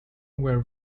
were